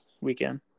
weekend